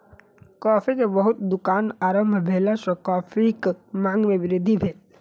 coffee के बहुत दुकान आरम्भ भेला सॅ कॉफ़ीक मांग में वृद्धि भेल